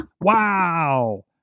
Wow